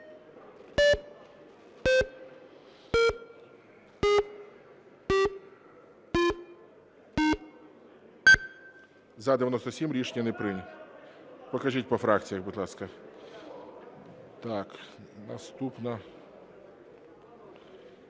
За-97 Рішення не прийнято. Покажіть по фракціях, будь ласка. Так, наступна.